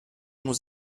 nous